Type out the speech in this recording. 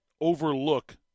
overlook